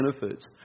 benefits